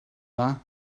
dda